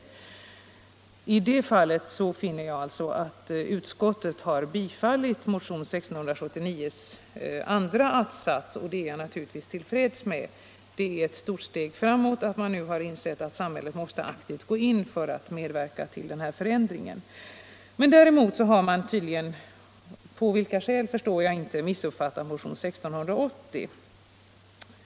Krigsmaterielindu Här finner jag att näringsutskottet har tillstyrkt andra attsatsen i mo = strin tionen 1679, och det är jag naturligtvis till freds med. Det är ett stort steg framåt att utskottet insett att samhället måste aktivt gå in för att medverka till den här förändringen. Däremot har utskottet tydligen — på vilka skäl förstår jag inte — missuppfattat motionen 1680.